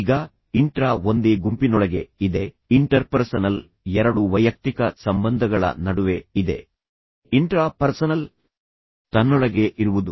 ಈಗ ಇಂಟ್ರಾ ಒಂದೇ ಗುಂಪಿನೊಳಗೆ ಇದೆ ಇಂಟರ್ಪರ್ಸನಲ್ ಎರಡು ವೈಯಕ್ತಿಕ ಸಂಬಂಧಗಳ ನಡುವೆ ಇದೆ ಇಂಟ್ರಾ ಪರ್ಸನಲ್ ಅದು ತನ್ನೊಳಗೇ ಇರುವುದು